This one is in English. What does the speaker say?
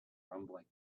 rumbling